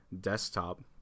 desktop